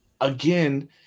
again